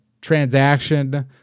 transaction